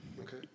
Okay